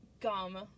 gum